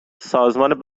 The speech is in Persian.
سازمان